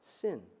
Sin